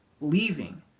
leaving